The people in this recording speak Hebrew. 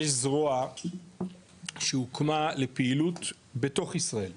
יש זרוע שהוקמה לפעילות בתוך ישראל,